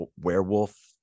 werewolf